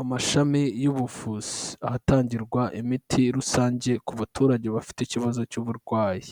Amashami y'ubuvuzi, ahatangirwa imiti rusange ku baturage bafite ikibazo cy'uburwayi,